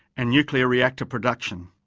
and nuclear reactor production.